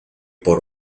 por